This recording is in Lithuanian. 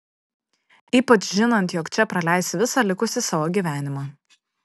ypač žinant jog čia praleisi visą likusį savo gyvenimą